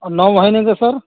اور نو مہینے کا سر